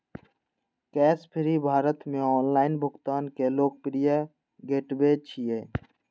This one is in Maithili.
कैशफ्री भारत मे ऑनलाइन भुगतान के लोकप्रिय गेटवे छियै